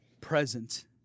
present